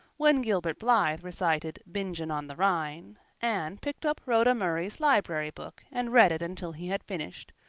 when gilbert blythe recited bingen on the rhine anne picked up rhoda murray's library book and read it until he had finished,